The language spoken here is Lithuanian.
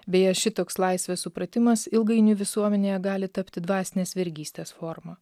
beje šitoks laisvės supratimas ilgainiui visuomenėje gali tapti dvasinės vergystės forma